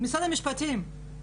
משרד המשפטים,